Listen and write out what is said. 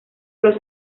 los